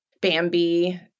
Bambi